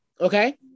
okay